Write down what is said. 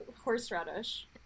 horseradish